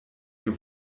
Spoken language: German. ihr